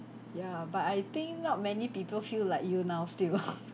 ya but I think not many people feel like you now still